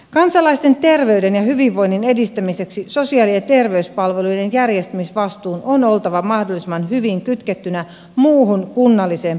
kansalaisten terveyden ja hyvinvoinnin edistämiseksi sosiaali ja terveyspalveluiden järjestämisvastuun on oltava mahdollisimman hyvin kytkettynä muuhun kunnalliseen päätöksentekoon